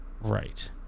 Right